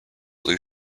blue